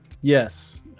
Yes